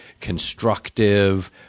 constructive